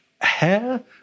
Hair